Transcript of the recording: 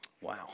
Wow